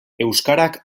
euskarak